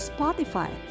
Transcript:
Spotify